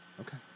okay